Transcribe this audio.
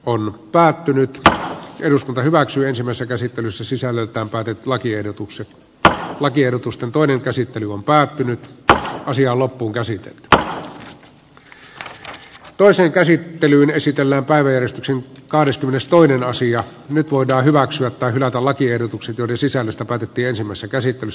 oli päättynyt että eduskunta hyväksyi ensimmäisen käsittelyssä sisällöltään päädyt lakiehdotukset tahko tiedotusta toinen käsittely on päättynyttä asiaa loppuunkäsite taa toiseen käsittelyyn esitellään päiväjärjestyksen kahdeskymmenestoinen asia nyt voidaan hyväksyä tai hylätä lakiehdotukset joiden sisällöstä päätettiin ensimmäisessä käsittelyssä